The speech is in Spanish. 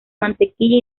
mantequilla